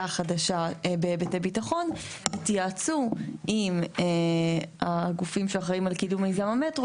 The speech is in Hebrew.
חדשה בהיבטי ביטחון יתייעצו עם הגופים שאחראים על קידום מיזם המטרו